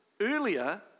earlier